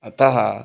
अतः